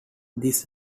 this